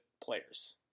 players